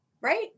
right